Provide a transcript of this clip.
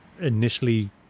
initially